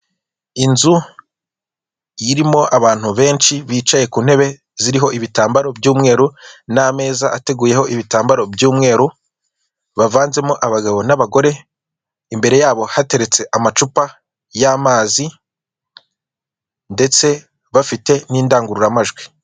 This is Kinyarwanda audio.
Inzu irimo abantu benshi bicaye kuntebe ziriho ibitambaro by'umweru nameza ateguyeho ibitambaro by'umweru, bavanzemo abagabo n'abagore imbere yabo hateretse amacupa yamazi ndetse bafite n'indangurura majwi.